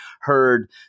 heard